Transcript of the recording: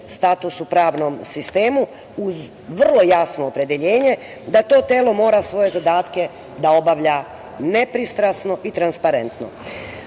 status u pravnom sistemu, uz vrlo jasno opredeljenje da to telo mora svoje zadatke da obavlja nepristrasno i transparentno. Da